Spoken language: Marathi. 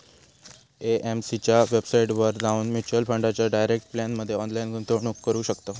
ए.एम.सी च्या वेबसाईटवर जाऊन म्युच्युअल फंडाच्या डायरेक्ट प्लॅनमध्ये ऑनलाईन गुंतवणूक करू शकताव